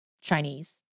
Chinese